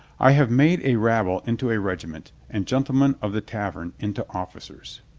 i have made a rabble into a regiment and gen tlemen of the tavern into officers.